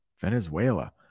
Venezuela